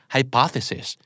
Hypothesis